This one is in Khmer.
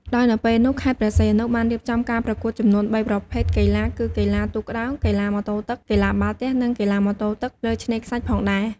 ដោយនៅពេលនោះខេត្តព្រះសីហនុ បានរៀបចំការប្រកួតចំនួន៣ប្រភេទកីឡា គឺកីឡាទូកក្តោង កីឡាម៉ូតូទឹក កីឡាបាល់ទះ និងកីឡាម៉ូតូទឹកលើឆ្នេរខ្សាច់ផងដែរ។